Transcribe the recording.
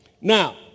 now